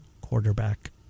quarterback